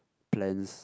plans